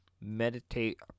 meditate